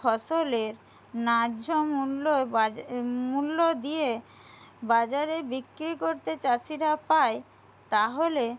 ফসলের ন্যায্য মূল্য মূল্য দিয়ে বাজারে বিক্রি করতে চাষিরা পায় তাহলে